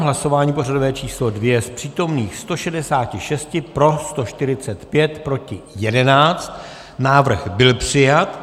Hlasování pořadové číslo 2, z přítomných 166 pro 145, proti 11, návrh byl přijat.